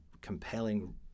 compelling